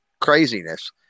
craziness